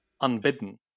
unbidden